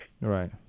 Right